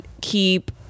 keep